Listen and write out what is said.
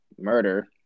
murder